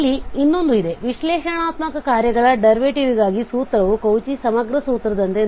ಇಲ್ಲಿ ಇನ್ನೊಂದು ಇದೆ ವಿಶ್ಲೇಷಣಾತ್ಮಕ ಕಾರ್ಯಗಳ ಡರ್ವೇಟಿವ್ ಗಾಗಿ ಸೂತ್ರವು ಕೌಚಿ ಸಮಗ್ರ ಸೂತ್ರದಂತೆCauchy integral formula